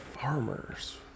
Farmers